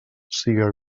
siga